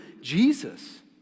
Jesus